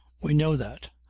we know that,